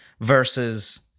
versus